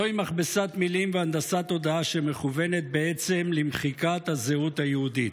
זוהי מכבסת מילים והנדסת תודעה שמכוונת בעצם למחיקת הזהות היהודית.